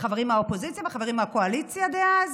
חברים מהאופוזיציה וחברים מהקואליציה דאז.